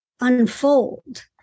unfold